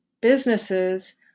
businesses